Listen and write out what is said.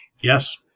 Yes